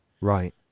Right